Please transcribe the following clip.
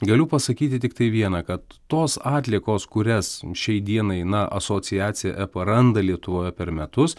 galiu pasakyti tiktai vieną kad tos atliekos kurias šiai dienai na asociacija epa randa lietuvoj per metus